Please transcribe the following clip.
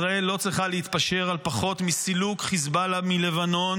ישראל לא צריכה להתפשר על פחות מסילוק חיזבאללה מלבנון